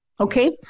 okay